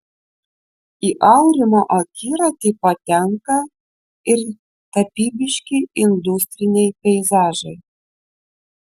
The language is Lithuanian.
į aurimo akiratį patenka ir tapybiški industriniai peizažai